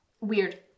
Weird